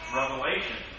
revelation